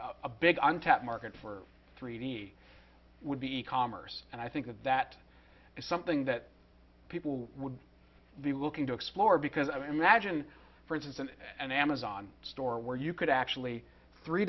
a big untapped market for three d would be e commerce and i think that that is something that people would be looking to explore because i imagine for instance an amazon store where you could actually three